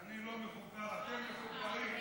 אני לא מחובר, אתם מחוברים.